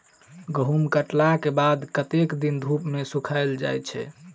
गहूम कटला केँ बाद कत्ते दिन धूप मे सूखैल जाय छै?